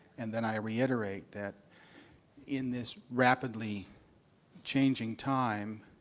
and then i reiterate that in this rapidly changing time,